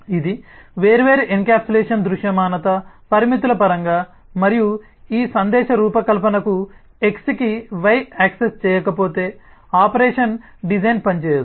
ఇది వేర్వేరు ఎన్కప్సులేషన్ దృశ్యమానత పరిమితుల పరంగా మరియు ఈ సందేశ రూపకల్పనకు X కి Y యాక్సెస్ చేయకపోతే ఆపరేషన్ డిజైన్ పనిచేయదు